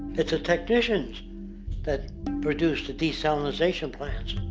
it's the technicians that produce the desalinization plants.